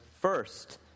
first